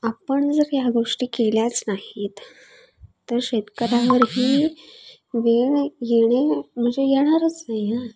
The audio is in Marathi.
आपण जर या गोष्टी केल्याच नाहीत तर शेतकऱ्यांवर ही वेळ येणे म्हणजे येणारच नाही ना